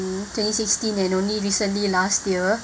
in twenty sixteen and only recently last year